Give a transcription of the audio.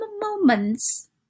moments